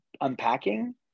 unpacking